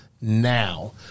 now